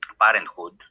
parenthood